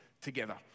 together